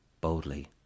boldly